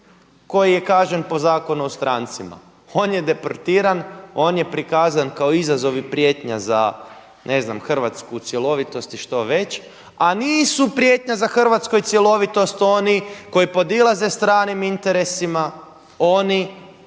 koji je kažem po Zakon o strancima, on je deportiran, on je prikazan kao izazov i prijetnja ne zna Hrvatsku u cjelovitosti što već, a nisu prijetnja za Hrvatsku cjelovitost oni koji podilaze stranim interesima, oni